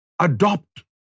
adopt